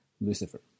Lucifer